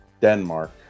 Denmark